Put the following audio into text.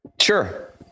Sure